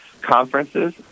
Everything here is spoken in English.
conferences